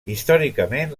històricament